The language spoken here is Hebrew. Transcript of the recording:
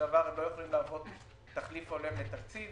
לא יכולים להוות תחליף הולם לתקציב